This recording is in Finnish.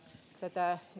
tätä